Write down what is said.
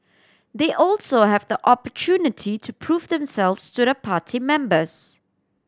they also have the opportunity to prove themselves to the party members